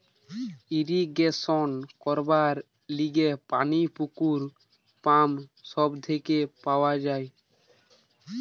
irrigation করবার লিগে পানি পুকুর, পাম্প সব থেকে পাওয়া যায়